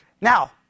now